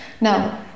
Now